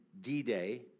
D-Day